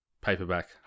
paperback